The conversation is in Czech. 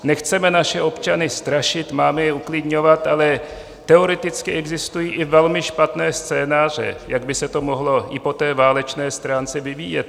Nechceme naše občany strašit, máme je uklidňovat, ale teoreticky existují i velmi vážné scénáře, jak by se to mohlo i po té válečné stránce vyvíjet.